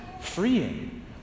freeing